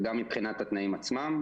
וגם מבחינת התנאים עצמם.